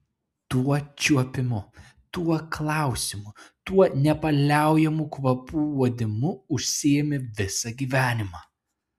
tuo čiuopimu tuo klausymu tuo nepaliaujamu kvapų uodimu užsiėmė visą gyvenimą